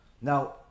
now